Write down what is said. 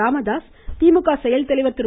ராமதாஸ் திமுக செயல்தலைவர் திரு